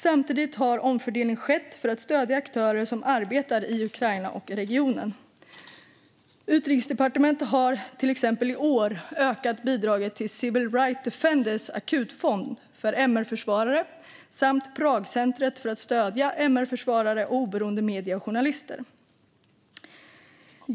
Samtidigt har omfördelning skett för att stödja aktörer som arbetar i Ukraina och regionen. Utrikesdepartementet har i år till exempel ökat bidraget till Civil Rights Defenders akutfond för MR-försvarare samt Pragcentret för att stödja MR-försvarare och oberoende medier och journalister.